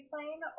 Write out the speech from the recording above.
playing